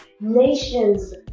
nations